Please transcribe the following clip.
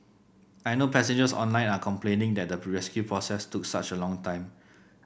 I know passengers online are complaining that the rescue process took such a long time